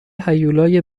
هیولای